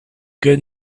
good